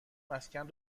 مسکن